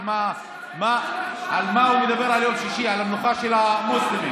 ועל מה הוא מדבר ביום שישי: על המנוחה של המוסלמים,